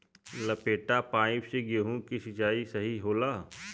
लपेटा पाइप से गेहूँ के सिचाई सही होला?